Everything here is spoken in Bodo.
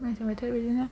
मेसें बोथोराव बिदिनो